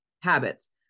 habits